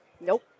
nope